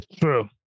True